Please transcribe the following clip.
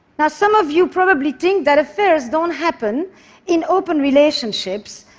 now some of you probably think that affairs don't happen in open relationships,